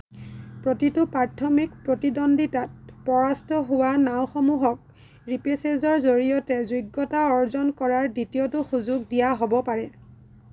প্ৰতিটো প্ৰাথমিক প্ৰতিদ্বন্দিতাত পৰাস্ত হোৱা নাওসমূহক ৰিপেচেজৰ জৰিয়তে যোগ্যতা অৰ্জন কৰাৰ দ্বিতীয়টো সুযোগ দিয়া হ'ব পাৰে